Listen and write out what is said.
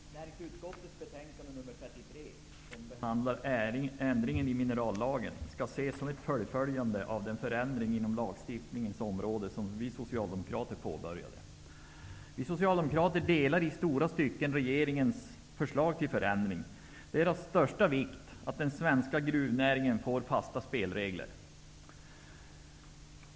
Fru talman! Näringsutskottets betänkande nr 33, som behandlar ändringar i minerallagen, skall ses som ett fullföljande av de förändringar på lagstiftningsområdet som vi socialdemokrater påbörjade. Vi socialdemokrater instämmer i stora stycken i regeringens förslag till förändringar. Det är av största vikt att den svenska gruvnäringen får fasta spelregler.